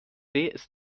ist